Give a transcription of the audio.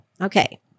okay